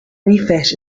refit